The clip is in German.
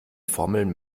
formeln